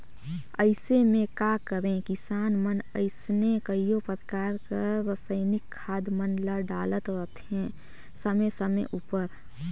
अइसे में का करें किसान मन अइसने कइयो परकार कर रसइनिक खाद मन ल डालत रहथें समे समे उपर